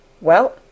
Well